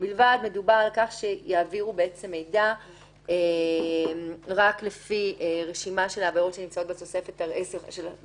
שיעבירו מידע רק לפי רשימה של העבירות שנמצאות בתוספת הרביעית.